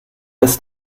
ist